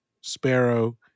Sparrow